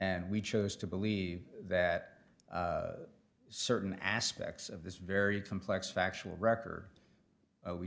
and we chose to believe that certain aspects of this very complex factual record